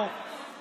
לא, לא.